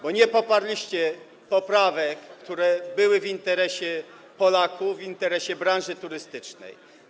bo nie poparliście poprawek, które były w interesie Polaków, w interesie branży turystycznej.